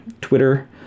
Twitter